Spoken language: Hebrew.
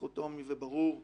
דיכוטומי וברור,